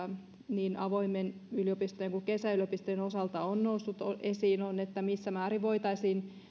niin avointen yliopistojen kuin kesäyliopistojen osalta on noussut esiin on se missä määrin voitaisiin